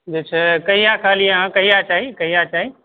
जे छै कहिया कहलियै अहाँ कहिया चाही कहिया चाही